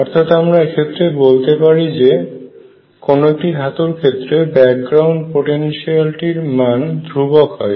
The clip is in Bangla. অর্থাৎ আমরা এক্ষেত্রে বলতে পারি যে কোন একটি ধাতুর ক্ষেত্রে ব্যাকগ্রাউন্ড পোটেনশিয়াল টির মান ধ্রুবক হয়